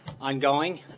ongoing